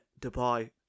Dubai